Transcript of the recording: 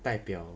代表